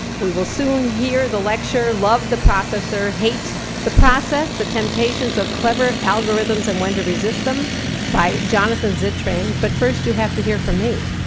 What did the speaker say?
we will soon hear the lecture love the processor, hate the process the temptations of clever algorithms and when to resist them by jonathan zittrain. but first you have to hear from me.